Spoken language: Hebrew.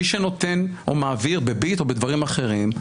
מי שנותן או מעביר בביט או בדברים אחרים,